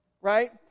right